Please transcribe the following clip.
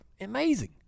amazing